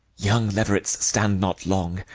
young leverets stand not long,